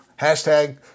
Hashtag